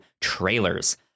trailers